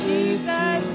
Jesus